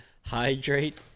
Hydrate